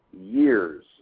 years